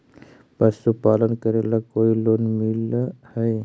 पशुपालन करेला कोई लोन मिल हइ?